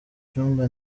cyumba